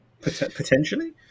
Potentially